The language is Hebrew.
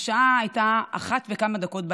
השעה הייתה 01:00 וכמה דקות,